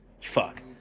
Fuck